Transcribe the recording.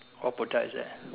what product is that